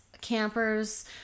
campers